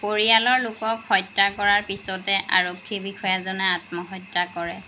পৰিয়ালৰ লোকক হত্যা কৰাৰ পিছতে আৰক্ষী বিষয়াজনে আত্মহত্যা কৰে